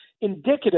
indicative